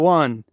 one